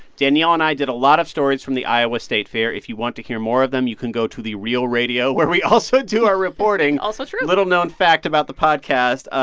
danielle and i did a lot of stories from the iowa state fair. if you want to hear more of them, you can go to the real radio, where we also do our reporting. also true. little-known fact about the podcast. ah